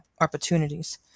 opportunities